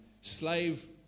slave